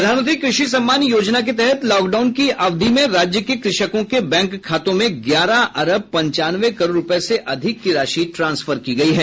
प्रधानमंत्री कृषि सम्मान निधि योजना के तहत लॉकडाउन की अवधि में राज्य के कृषकों के बैंक खातों में ग्यारह अरब पचानवे करोड़ रूपये से अधिक की राशि ट्रांसफर की गयी है